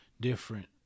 different